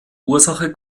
ursache